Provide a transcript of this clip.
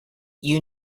you